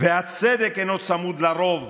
"והצדק אינו צמוד לרוב.